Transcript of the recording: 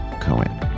Cohen